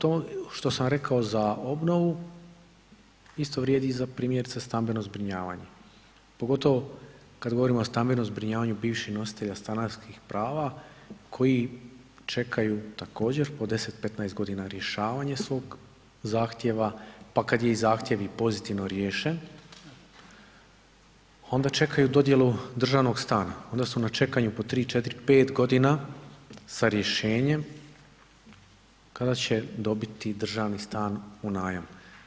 To što sam rekao za obnovu isto vrijedi i za primjerice stambeno zbrinjavanje, pogotovo kada govorimo o stambenom zbrinjavanju bivših nositelja stanarskih prava koji čekaju također po 10, 15 godina rješavanje svog zahtjeva, pa kada je zahtjev i pozitivno riješen onda čekaju dodjelu državnog stana, onda su na čekanju po 3,4,5 godina sa rješenjem kada će dobiti državni stan u najam.